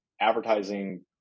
advertising